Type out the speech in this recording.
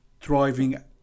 thriving